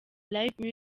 live